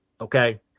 Okay